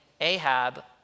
Ahab